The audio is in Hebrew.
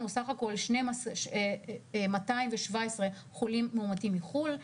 נכנסו 217 חולים מאומתים מחו"ל,